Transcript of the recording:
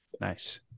Nice